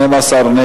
12,